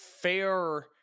fair